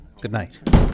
Goodnight